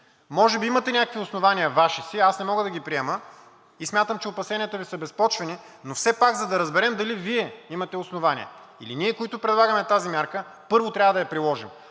Може би имате някакви основания Ваши си, аз не мога да ги приема и смятам, че опасенията Ви са безпочвени, но все пак, за да разберем дали Вие имате основание, или ние, които предлагаме тази мярка, първо, трябва да я приложим,